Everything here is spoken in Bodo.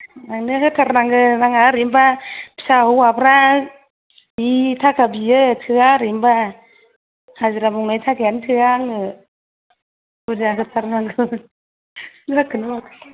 आंनो होथारनांगोन आंहा ओरैनोबा फिसा हौवाफ्रा जि थाखा बियो थोया ओरैनोबा हाजिरा मावनाय थाखायानो थोया आंनो बुरजा होथारनांगोन जाखोना माखो थाय